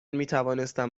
میتوانستم